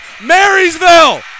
Marysville